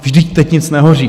Vždyť teď nic nehoří.